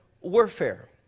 warfare